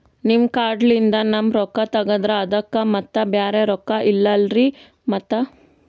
ನಿಮ್ ಕಾರ್ಡ್ ಲಿಂದ ನಮ್ ರೊಕ್ಕ ತಗದ್ರ ಅದಕ್ಕ ಮತ್ತ ಬ್ಯಾರೆ ರೊಕ್ಕ ಇಲ್ಲಲ್ರಿ ಮತ್ತ?